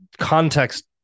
context